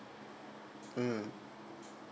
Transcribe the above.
mm